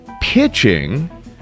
pitching